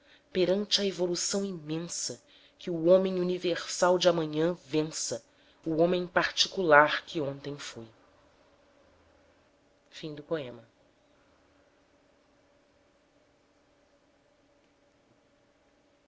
perante a evolução imensa que o homem universal de amanhã vença o homem particular eu que ontem fui o